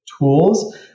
tools